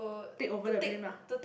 take over the blame lah